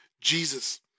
Jesus